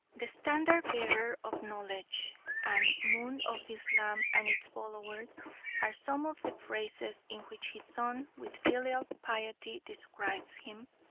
the standard-bearer of knowledge and moon of islam and its followers are some of the phrases in which his son with filial piety describes him,